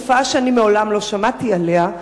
תופעה שאני מעולם לא שמעתי עליה,